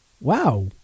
Wow